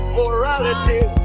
morality